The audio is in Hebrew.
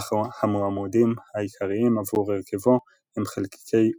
אך המועמדים העיקריים עבור הרכבו הם חלקיקי Wimps,